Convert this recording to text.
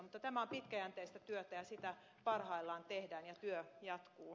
mutta tämä on pitkäjänteistä työtä ja sitä parhaillaan tehdään ja työ jatkuu